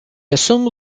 assume